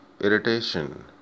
Irritation